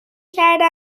کردم